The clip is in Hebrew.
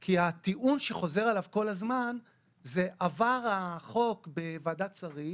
כי הטיעון שחוזר עליו כל הזמן הוא שכאשר החוק עבר בוועדת שרים